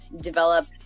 develop